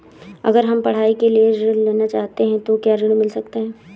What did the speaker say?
अगर हम पढ़ाई के लिए ऋण लेना चाहते हैं तो क्या ऋण मिल सकता है?